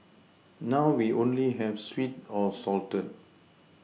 now we only have sweet or salted